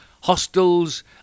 hostels